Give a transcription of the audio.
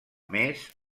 més